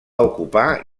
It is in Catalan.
ocupar